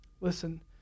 listen